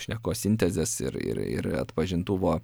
šnekos sintezės ir ir ir atpažintuvo